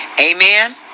Amen